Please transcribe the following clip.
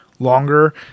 Longer